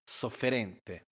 sofferente